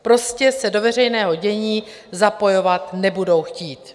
Prostě se do veřejného dění zapojovat nebudou chtít.